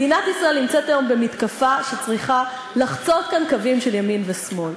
מדינת ישראל נמצאת היום במתקפה שצריכה לחצות כאן קווים של ימין ושמאל.